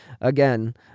again